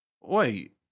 Wait